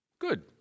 good